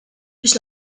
biex